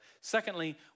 Secondly